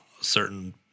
certain